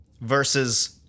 versus